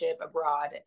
abroad